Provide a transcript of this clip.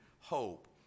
hope